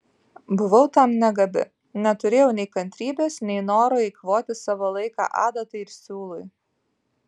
buvau tam negabi neturėjau nei kantrybės nei noro eikvoti savo laiką adatai ir siūlui